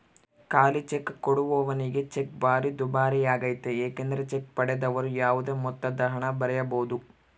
ಖಾಲಿಚೆಕ್ ಕೊಡುವವನಿಗೆ ಚೆಕ್ ಭಾರಿ ದುಬಾರಿಯಾಗ್ತತೆ ಏಕೆಂದರೆ ಚೆಕ್ ಪಡೆದವರು ಯಾವುದೇ ಮೊತ್ತದಹಣ ಬರೆಯಬೊದು